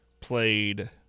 played